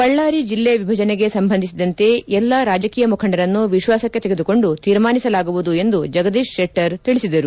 ಬಳ್ಳಾರಿ ಜಿಲ್ಲೆ ವಿಭಜನೆಗೆ ಸಂಬಂಧಿಸಿದಂತೆ ಎಲ್ಲ ರಾಜಕೀಯ ಮುಖಂಡರನ್ನು ವಿಶ್ವಾಸಕ್ಕೆ ತೆಗೆದುಕೊಂಡು ತೀರ್ಮಾನಿಸಲಾಗುವುದು ಎಂದು ಜಗದೀಶ್ ಶೆಟ್ಟರ್ ತಿಳಿಸಿದರು